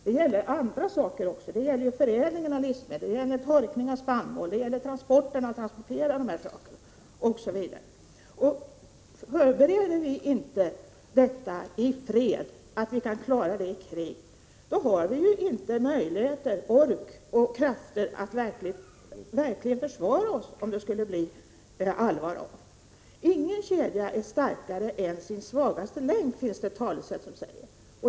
Det gäller andra saker också: förädling av livsmedel, torkning av spannmål, transporter osv. Förbereder vi inte detta i fred, så att vi kan klara det i krig, har vi inte möjlighet, ork och krafter att verkligen försvara oss om det skulle bli allvar av. Ingen kedja är starkare än sin svagaste länk, finns det ett talesätt som säger.